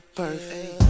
perfect